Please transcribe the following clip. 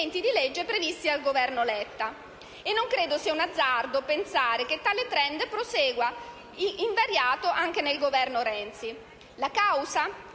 di legge previsti dal Governo Letta. Non credo sia un azzardo pensare che tale *trend* prosegua invariato anche nel Governo Renzi. La causa?